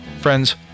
Friends